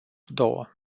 două